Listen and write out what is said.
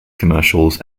commercials